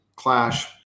Clash